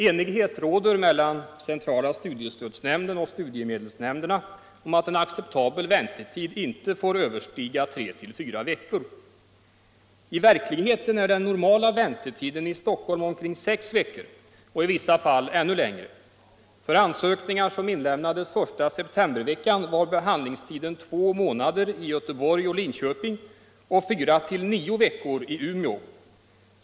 Enighet råder mellan centrala studiestödsnämnden och studiemedelsnämnderna om att en acceptabel väntetid inte får överstiga 3-4 veckor. I verkligheten är den normala väntetiden i Stockholm omkring 6 veckor och i vissa fall ännu längre. För ansökningar som inlämnades första septemberveckan var behandlingstiden två månader i Göteborg och Linköping och 4—-9 veckor i Umeå.